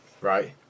right